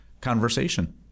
conversation